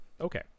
okay